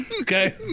okay